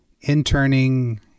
interning